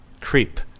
creep